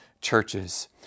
churches